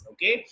Okay